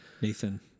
Nathan